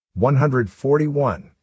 141